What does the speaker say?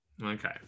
Okay